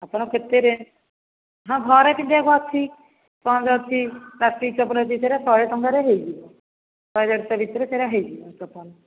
ଆପଣ କେତେ ରେଞ୍ଜ୍ ହଁ ଘରେ ପିନ୍ଧିବାକୁ ଅଛି ସ୍ପଞ୍ଜ ଅଛି ପ୍ଲାଷ୍ଟିକ୍ ଚପଲ ଅଛି ସେଟା ଶହେ ଟଙ୍କାରେ ହେଇଯିବ ଶହେ ଦେଢ଼ଶହ ଭିତରେ ସେଟା ହେଇଯିବ ଚପଲ